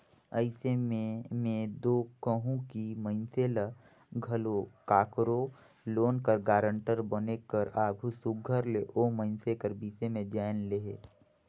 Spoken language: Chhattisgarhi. अइसे में में दो कहूं कि मइनसे ल घलो काकरो लोन कर गारंटर बने कर आघु सुग्घर ले ओ मइनसे कर बिसे में जाएन लेहे